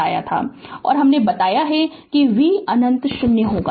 और हमने बताया कि v अनंत 0 होगा